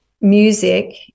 music